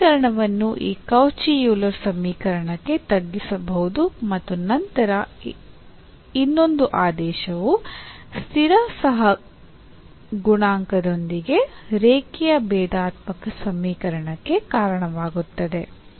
ಈ ಸಮೀಕರಣವನ್ನು ಈ ಕೌಚಿ ಯೂಲರ್ ಸಮೀಕರಣಕ್ಕೆ ತಗ್ಗಿಸಬಹುದು ಮತ್ತು ನಂತರ ಇನ್ನೊಂದು ಆದೇಶವು ಸ್ಥಿರ ಸಹಗುಣಾಂಕದೊಂದಿಗೆ ರೇಖೀಯ ಭೇದಾತ್ಮಕ ಸಮೀಕರಣಕ್ಕೆ ಕಾರಣವಾಗುತ್ತದೆ